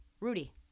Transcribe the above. Rudy